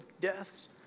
deaths